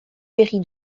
berri